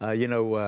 ah you know,